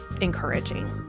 encouraging